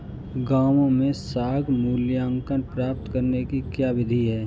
गाँवों में साख मूल्यांकन प्राप्त करने की क्या विधि है?